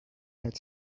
had